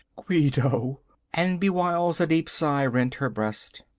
guido and bewhiles a deep sigh rent her breast.